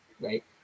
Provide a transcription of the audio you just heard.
right